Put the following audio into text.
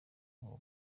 ngo